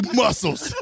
muscles